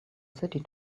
city